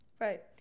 Right